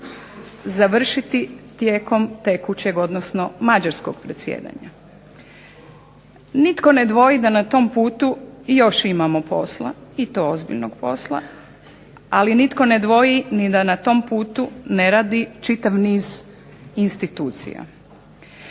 završiti tijekom tekućeg odnosno mađarskog predsjedanja. Nitko ne dvoji da na tom putu još imamo posla i to ozbiljnog posla, ali nitko ne dvoji ni da na tom putu ne radi čitav niz institucija.